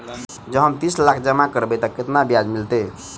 जँ हम तीस लाख जमा करबै तऽ केतना ब्याज मिलतै?